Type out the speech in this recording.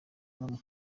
munwa